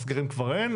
סגרים כבר אין,